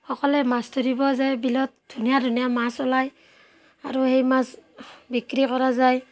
সকলোৱে মাছ ধৰিব যায় বিলত ধুনীয়া ধুনীয়া মাছ ওলাই আৰু সেই মাছ বিক্ৰী কৰা যায়